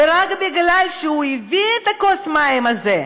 ורק משום שהוא הביא את כוס המים הזאת,